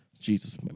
Jesus